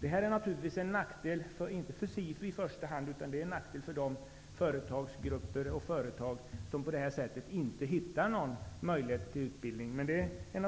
Detta är naturligtvis en nackdel, men inte i första hand för SIFU utan för de företagsgrupper och företag som genom att det blir på nämnda sätt inte hittar någon möjlighet till utbildning. Men den konsekvensen får